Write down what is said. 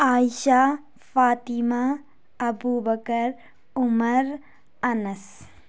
Aisha Fatima Abubakar Umar Anas